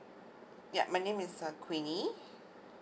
yup my name is uh queenie